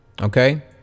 okay